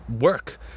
work